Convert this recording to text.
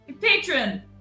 patron